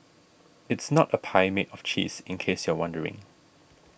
it's not a pie made of cheese in case you're wondering